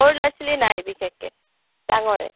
সৰু ল'ৰা ছোৱালী নাই বিশেষকৈ ডাঙৰেই